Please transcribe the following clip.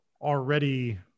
already